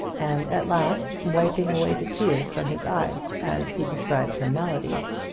and at last wiping away the tears from his eyes as he described her maladies.